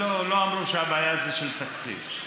לא, לא אמרו שהבעיה היא של תקציב.